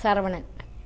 Saravanan